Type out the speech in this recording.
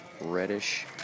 reddish